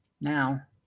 now